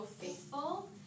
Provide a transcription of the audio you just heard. faithful